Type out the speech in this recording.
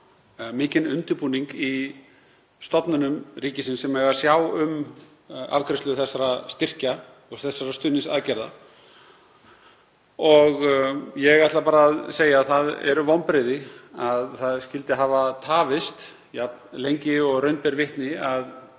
mikinn undirbúning í stofnunum ríkisins sem eiga að sjá um afgreiðslu þessara styrkja og stuðningsaðgerða. Ég ætla bara að segja að það eru vonbrigði að það skyldi hafa tafist jafn lengi og raun ber vitni að